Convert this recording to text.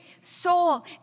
soul